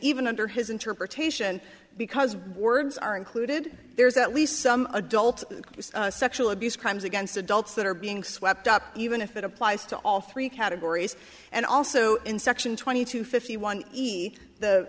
even under his interpretation because words are included there's at least some adult sexual abuse crimes against adults that are being swept up even if it applies to all three categories and also in section twenty two fifty